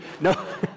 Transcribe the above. No